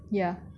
ya